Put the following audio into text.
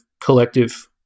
collective